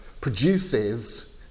produces